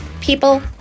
people